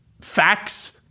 facts